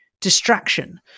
distraction